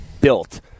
built